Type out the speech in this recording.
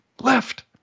left